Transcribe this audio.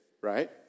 right